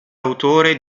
autore